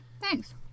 Thanks